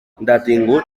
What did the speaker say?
detingut